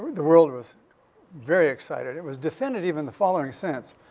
the world was very excited. it was definitive in the following sense.